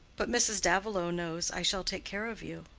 but mrs. davilow knows i shall take care of you.